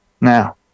now